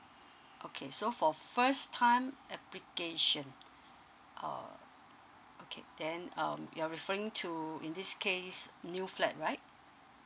okay so for first time application uh okay then um you're referring to in this case new flat right